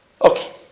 Okay